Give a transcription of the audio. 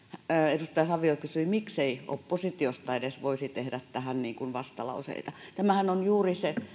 edustaja savio kysyi miksei oppositiosta edes voisi tehdä tähän vastalauseita tämähän on juuri se